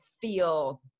feel